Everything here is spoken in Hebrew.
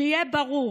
שיהיה ברור: